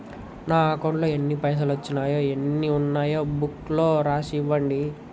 నా అకౌంట్లో ఎన్ని పైసలు వచ్చినాయో ఎన్ని ఉన్నాయో బుక్ లో రాసి ఇవ్వండి?